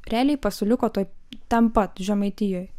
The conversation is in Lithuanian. realiai pasiliko toj ten pat žemaitijoj